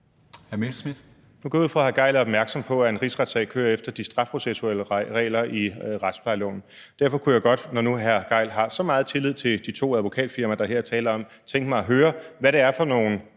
(DF): Nu går jeg ud fra, at hr. Torsten Gejl er opmærksom på, at en rigsretssag kører efter de straffeprocessuelle regler i retsplejeloven. Derfor kunne jeg godt, når nu hr. Torsten Gejl har så meget tillid til de to advokatfirmaer, der her er tale om, tænke mig at høre, hvad det er for nogle